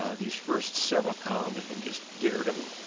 ah these first several columns you can just get rid of them,